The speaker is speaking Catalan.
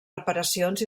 reparacions